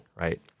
right